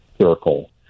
circle